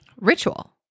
Ritual